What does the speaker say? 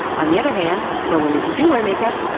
on the other hand, for women who do wear makeup,